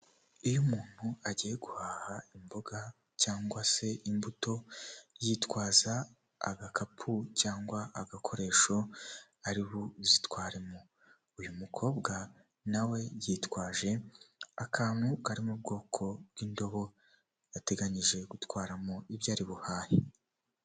Iyo umuntu agiye guhaha imboga cyangwa se imbuto yitwaza agakapu cyangwa agakoresho ari buzitwaremo uyu mukobwa nawe yitwaje akantu kari mu bwoko bw'indobo yateganyije gutwaramo ibyo ari buhahe .